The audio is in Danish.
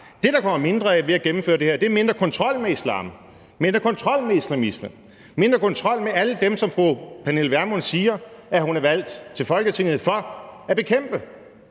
Det, der kommer mindre af ved at gennemføre det her, er mindre kontrol med islam, mindre kontrol med islamisme, mindre kontrol med alle dem, som fru Pernille Vermund siger hun er valgt til Folketinget for at bekæmpe.